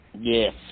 Yes